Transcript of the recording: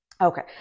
Okay